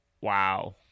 wow